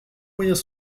moyens